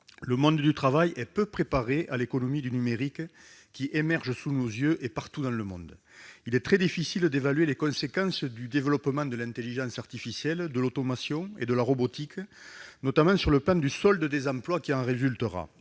le monde du travail est peu préparé à l'économie du numérique qui émerge sous nos yeux partout dans le monde. Il est très difficile d'évaluer les conséquences du développement de l'intelligence artificielle, de l'automation et de la robotique, notamment en termes de solde des emplois qui en résultera.